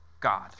God